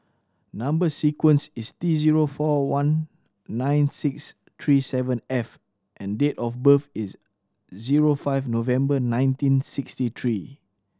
number sequence is T zero four one nine six three seven F and date of birth is zero five November nineteen sixty three